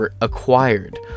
acquired